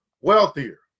wealthier